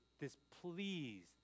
displeased